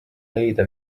leida